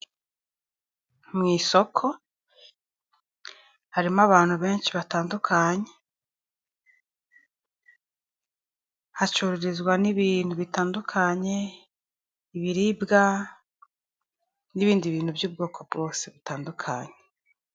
Mu isoko harimo benshi batandukanye, hacururizwa n'ibintu bitandukanye ibiribwa n'ibindi bintu by'ubwoko bwose butandukanye.